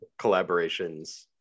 collaborations